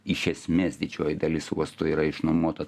iš esmės didžioji dalis uosto yra išnuomota